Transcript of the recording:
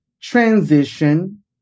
transition